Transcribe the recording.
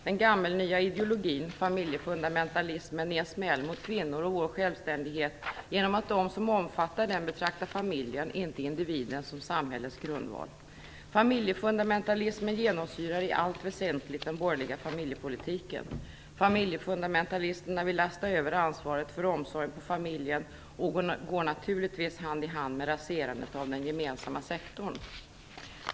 Den gammelnya ideologin - familjefundamentalismen - är en smäll mot kvinnor och vår självständighet genom att de som omfattar den betraktar familjen, inte individen, som samhällets grundval. Familjefundamentalismen genomsyrar i allt väsentligt den borgerliga familjepolitiken. Familjefundamentalisterna vill lasta över ansvaret för omsorgen på familjen, och det går naturligtvis hand i hand med raserandet av den gemensamma sektorn.